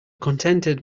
contented